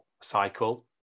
cycle